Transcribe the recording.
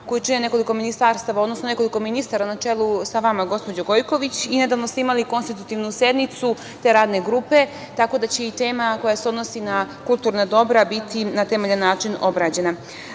koju čini nekoliko ministarstava, odnosno nekoliko ministara na čelu sa vama, gospođo Gojković. Nedavno ste imali konstitutivnu sednicu te Radne grupe, tako da će i tema koja se odnosi na kulturna dobra biti na temeljan način obrađena. Vidite,